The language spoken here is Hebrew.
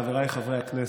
חבריי חברי הכנסת,